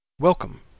Welcome